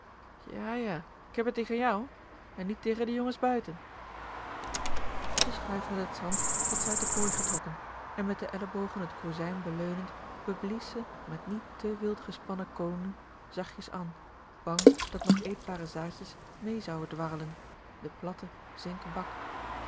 ja ja k heb t tegen jà en niet tegen de jonges buiten de schuif met t zand had ze uit de kooi getrokken en met de ellebogen t kozijn beleunend beblies ze met niet tè wild gespannen koonen zachtjes an bang dat nog eetbare zaadjes mee zouen dwarrelen den platten zinken bak